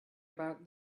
about